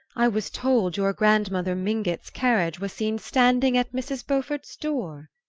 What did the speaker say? i was told your grandmother mingott's carriage was seen standing at mrs. beaufort's door.